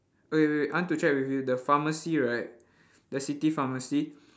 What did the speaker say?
wait wait wait I want to check with you the pharmacy right the city pharmacy